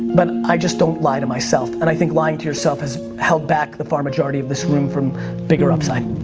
but i just don't lie to myself. and i think lying to yourself has held back the far majority of this room from bigger upside.